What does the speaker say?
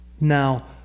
Now